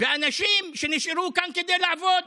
ואנשים שנשארו כאן כדי לעבוד,